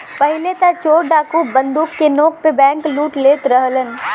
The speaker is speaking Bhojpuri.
पहिले त चोर डाकू बंदूक के नोक पे बैंकलूट लेत रहलन